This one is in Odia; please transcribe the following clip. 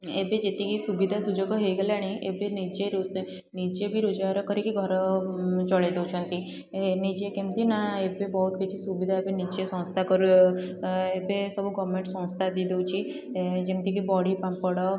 ଏବେ ଯେତିକି ସୁବିଧା ସୁଯୋଗ ହେଇଗଲାଣି ଏବେ ନିଜେ ରୋଷେ ନିଜେ ବି ରୋଜଗାର କରିକି ଘର ଚଳେଇ ଦେଉଛନ୍ତି ଏ ନିଜେ କେମିତି ନା ଏବେ ବହୁତ କିଛି ସୁବିଧା ଏବେ ନିଜେ ସଂସ୍ଥା କରଉ ଏଁ ଏବେ ସବୁ ଗଭର୍ଣ୍ଣମେଣ୍ଟ ସଂସ୍ଥା ଦେଇଦେଉଛି ଏଁ ଯେମିତିକି ବଡ଼ି ପାମ୍ପଡ଼